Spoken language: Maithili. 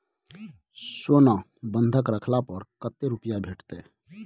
सोना बंधक रखला पर कत्ते रुपिया भेटतै?